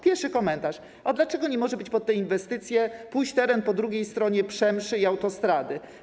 Pierwszy komentarz: „A dlaczego nie może pod te inwestycje pójść teren po drugiej stronie Przemszy i autostrady?